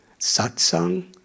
Satsang